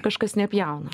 kažkas nepjauna